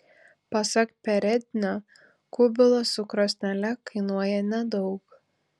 pasak perednio kubilas su krosnele kainuoja nedaug